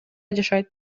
жашайт